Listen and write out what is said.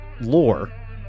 lore